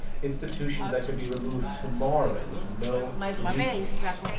institutions that could be removed tomorrow with no recourse.